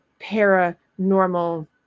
paranormal